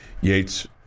yates